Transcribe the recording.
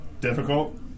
Difficult